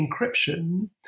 encryption